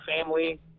family